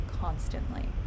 constantly